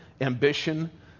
ambition